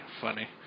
funny